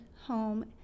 home